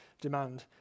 demand